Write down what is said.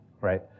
right